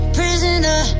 prisoner